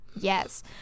Yes